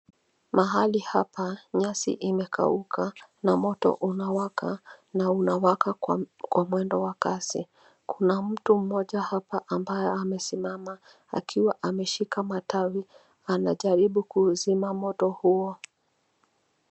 Mahali hapa nyasi imekauka na moto unawaka na unawaka kwa mwendo wa kasi, kuna mtu mmoja hapa ambaye amesimama akiwa ameshika matawi anajaribu kuuzima moto huo.